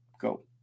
go